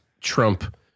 Trump